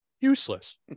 useless